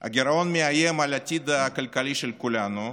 הגירעון מאיים על העתיד הכלכלי של כולנו.